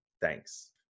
Thanks